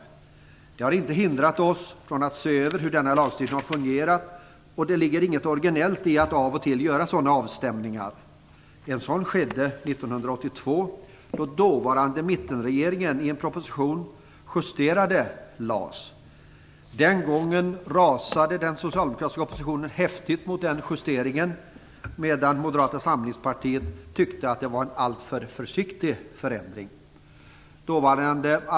Detta har inte hindrat oss från att se över hur denna lagstiftning har fungerat. Det är inget originellt med att av och till göra sådana avstämningar. En sådan skedde 1982, då den dåvarande mittenregeringen i en proposition justerade LAS. Den socialdemokratiska oppositionen rasade häftigt mot den justeringen, medan Moderata samlingspartiet tyckte att det var en alltför försiktig förändring.